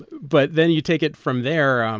but then you take it from there, um